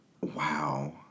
Wow